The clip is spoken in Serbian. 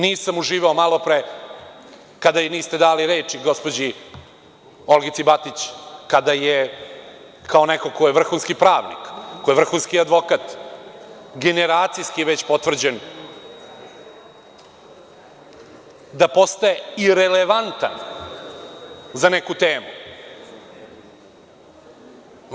Nisam uživao malopre kada niste dali reč gospođi Olgici Batić, kada kao neko ko je vrhunski pravnik, koja je vrhunski advokat, generacijski već potvrđen, postaje irelevantan za neku temu.